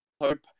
hope